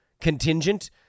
contingent